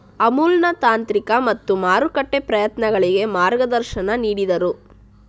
ಅಮುಲ್ನ ತಾಂತ್ರಿಕ ಮತ್ತು ಮಾರುಕಟ್ಟೆ ಪ್ರಯತ್ನಗಳಿಗೆ ಮಾರ್ಗದರ್ಶನ ನೀಡಿದರು